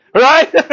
Right